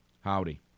Howdy